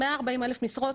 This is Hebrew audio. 140,000 משרות,